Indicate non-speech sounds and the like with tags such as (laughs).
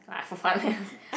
like for fun only ah (laughs)